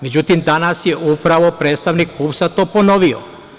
Međutim, danas je upravo predstavnik PUPS to ponovio.